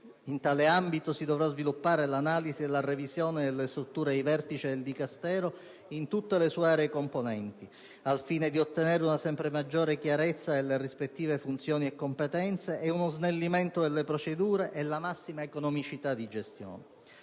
In tale ambito si dovrà sviluppare l'analisi e la revisione delle strutture di vertice del Dicastero in tutte le sue aree e componenti, al fine di ottenere una sempre maggiore chiarezza delle rispettive funzioni e competenze, uno snellimento delle procedure e la massima economicità di gestione.